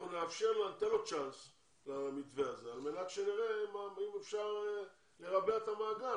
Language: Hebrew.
אנחנו ניתן צ'אנס למתווה הזה על מנת שנראה אם אפשר לרבע את המעגל.